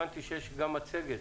הבנתי שיש גם מצגת